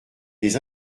des